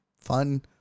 fun